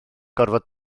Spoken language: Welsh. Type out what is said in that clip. gorfod